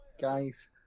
guys